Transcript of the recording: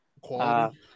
Quality